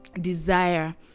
desire